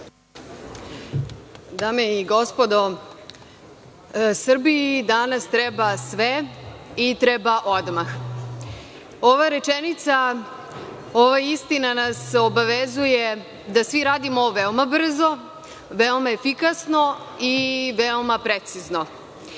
Dame i gospodo, Srbiji danas treba sve i treba odmah. Ova rečenica, ova istina nas obavezuje da svi radimo veoma brzo, veoma efikasno i veoma precizno.